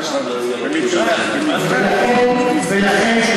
ועד 67'?